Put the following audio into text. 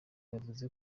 yavuze